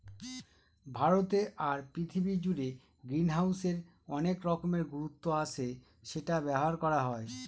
ভারতে আর পৃথিবী জুড়ে গ্রিনহাউসের অনেক রকমের গুরুত্ব আছে সেটা ব্যবহার করা হয়